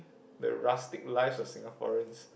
the rustic lives of Singaporeans